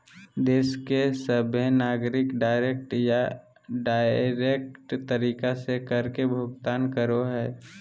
देश के सभहे नागरिक डायरेक्ट या इनडायरेक्ट तरीका से कर के भुगतान करो हय